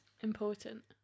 Important